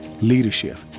Leadership